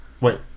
Wait